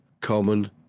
common